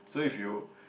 so if you